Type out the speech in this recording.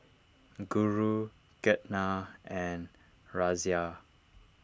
Guru Ketna and Razia